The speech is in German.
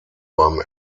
beim